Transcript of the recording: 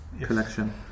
collection